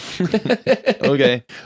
Okay